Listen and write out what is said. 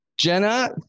Jenna